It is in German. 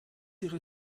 ihre